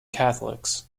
catholics